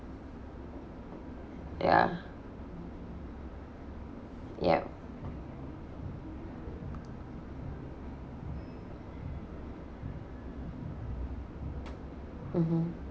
ya yup mmhmm